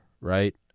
right